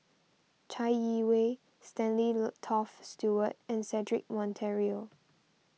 Chai Yee Wei Stanley Toft Stewart and Cedric Monteiro